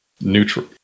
neutral